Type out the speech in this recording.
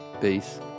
Peace